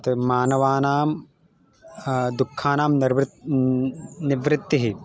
तत् मानवानां दुःखानां निर्वृ निवृत्तिः